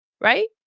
right